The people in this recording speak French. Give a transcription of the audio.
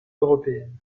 européenne